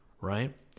Right